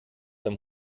beim